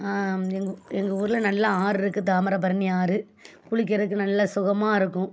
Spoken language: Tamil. எங்கள் ஊ எங்கள் ஊரில் ஆறு இருக்குது தாமிரபரணி ஆறு குளிக்கிறதுக்கு நல்ல சுகமாக இருக்கும்